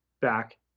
back